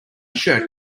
shirt